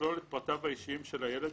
שיכלול את פרטיו האישיים של הילד,